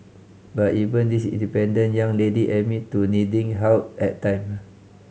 but even this independent young lady admit to needing help at time